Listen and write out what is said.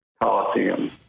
Coliseum